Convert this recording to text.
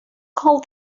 called